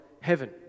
heaven